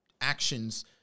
actions